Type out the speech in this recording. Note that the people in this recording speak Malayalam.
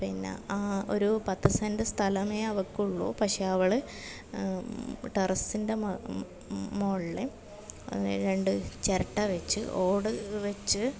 പിന്നെ ഒരു പത്ത് സെന്റ് സ്ഥലമേ അവൾക്കുള്ളൂ പക്ഷേ അവൾ ടെറസിൻ്റെ മോളിൽ രണ്ട് ചിരട്ട വെച്ച് ഓട് വെച്ച്